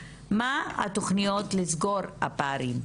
מה התוכניות לסגור הפערים?